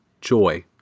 Joy